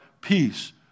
peace